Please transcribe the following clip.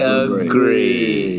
agree